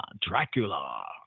Dracula